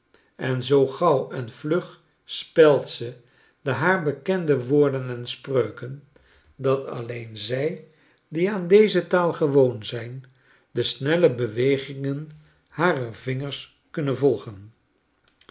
en zoo gauw en vlug spelt ze de haar bekende woorden en spreuken dat alleen zij die aan deze taal gewoon zijn de snelle bewegingen harer vingers kunnen voigen